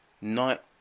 night